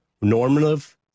normative